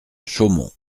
chaumont